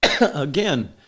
Again